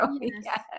Yes